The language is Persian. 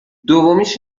دومیش